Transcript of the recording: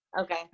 okay